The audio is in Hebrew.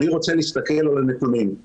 אני רוצה להסתכל על הנתונים.